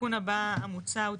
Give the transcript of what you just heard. התיקון הבא המוצע.